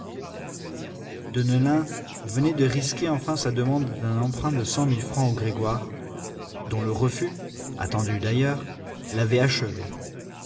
deneulin venait de risquer enfin sa demande d'un emprunt de cent mille francs aux grégoire dont le refus attendu d'ailleurs l'avait achevé